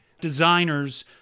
designers